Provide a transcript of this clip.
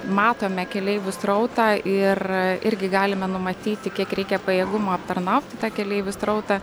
matome keleivių srautą ir irgi galime numatyti kiek reikia pajėgumų aptarnauti tą keleivių srautą